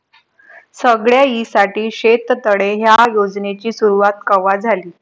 सगळ्याइसाठी शेततळे ह्या योजनेची सुरुवात कवा झाली?